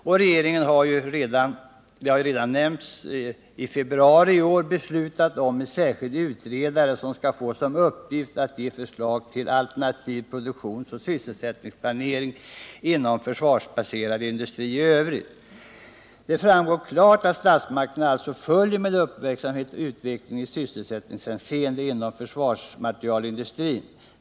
Och regeringen har ju, som nämnts, redan i februari i år beslutat om en särskild utredare som skall få som uppgift att ge förslag till alternativproduktionsoch sysselsättningsplanering inom försvarsbaserad industri i övrigt. Det framgår alltså klart att statsmakterna med uppmärksamhet följer utvecklingen i sysselsättningshänseende inom försvarsmaterielindustrin.